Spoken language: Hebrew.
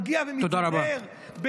ומגיע ומתהדר,